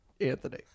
anthony